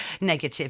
negative